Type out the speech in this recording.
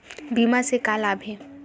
बीमा से का लाभ हे?